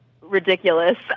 ridiculous